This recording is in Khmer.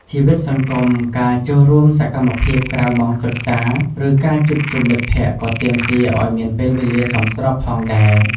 ជីវិតសង្គម ការចូលរួមសកម្មភាពក្រៅម៉ោងសិក្សា ឬការជួបជុំមិត្តភក្តិ ក៏ទាមទារឲ្យមានពេលវេលាសមស្របផងដែរ។